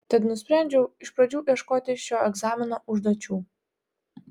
tad nusprendžiau iš pradžių ieškoti šio egzamino užduočių